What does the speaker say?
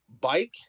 bike